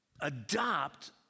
adopt